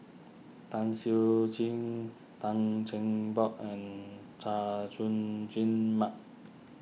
Tan Siew Sin Tan Cheng Bock and Chay Jung Jun Mark